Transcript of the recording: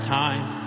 time